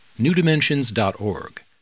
newdimensions.org